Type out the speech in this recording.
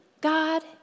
God